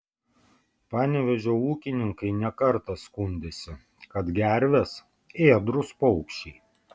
panevėžio ūkininkai ne kartą skundėsi kad gervės ėdrūs paukščiai